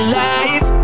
life